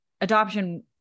adoption